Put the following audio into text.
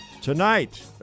Tonight